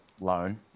loan